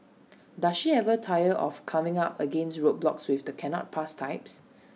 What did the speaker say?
does she ever tire of coming up against roadblocks with the cannot work types